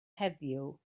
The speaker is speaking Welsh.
heddiw